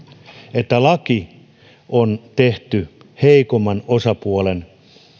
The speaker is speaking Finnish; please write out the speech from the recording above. että laki on tehty heikomman osapuolen